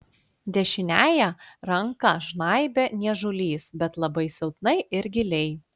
dešiniąją ranką žnaibė niežulys bet labai silpnai ir giliai